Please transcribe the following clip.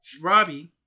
Robbie